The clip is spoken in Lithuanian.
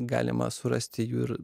galima surasti jų ir